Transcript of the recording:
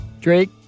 Drake